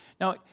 Now